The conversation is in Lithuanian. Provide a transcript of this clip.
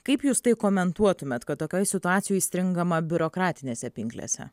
kaip jūs tai komentuotumėt kad tokioj situacijoj stringama biurokratinėse pinklėse